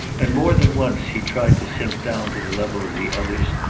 and more than once he tried to sink down to the level of the others,